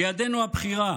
בידינו הבחירה